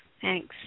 thanks